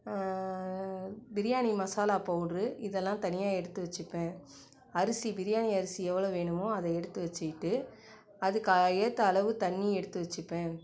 biryani masala powder இதெல்லாம் தனியாக எடுத்து வச்சிப்பேன் அரிசி பிரியாணி அரிசி எவ்வளோ வேணுமோ அதை எடுத்து வச்சிக்கிட்டு அதுக்கு ஏற்ற அளவு தண்ணி எடுத்து வச்சிப்பேன்